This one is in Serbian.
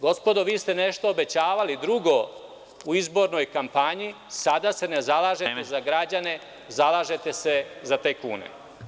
Gospodo, vi ste nešto obećavali drugo u izbornoj kampanji, sada se ne zalažete za građane, zalažete se za tajkune.